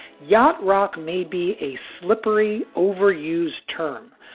yacht rock may be a slippery, overused term,